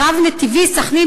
הרב-נתיבי "סח'נין",